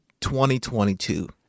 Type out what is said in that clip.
2022